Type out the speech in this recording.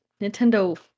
Nintendo